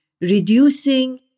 reducing